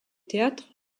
théâtres